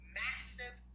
massive